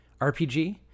RPG